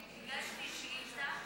וכדאי לדעת שהגשתי שאילתה,